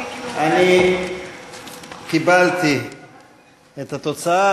קיבלתי את התוצאה.